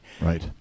Right